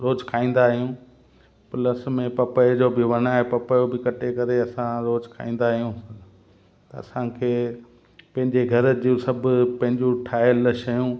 रोजु खाईंदा आहियूं प्लस में पपयो जो बि वणु आहे पपयो बि कटे करे असां रोजु खाईंदा आहियूं त असांखे पंहिंजे घर जूं सभु पंहिंजियूं ठहियलु शयूं